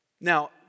Now